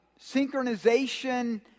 synchronization